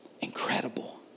Incredible